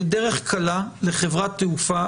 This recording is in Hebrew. לחברת תעופה,